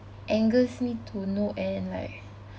angers me to no end like